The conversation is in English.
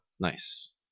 Nice